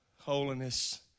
Holiness